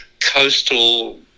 coastal